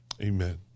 amen